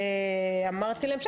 אמרתי להם,